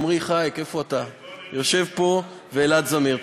עמרי חייק שיושב פה ואלעד זמיר.